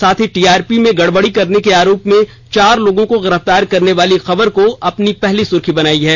साथ ही T R P में गड़बड़ी करने के आरोप में चार लोगों को गिरफतार करने वाली खबर को अपनी पहली सुर्खी बनाई है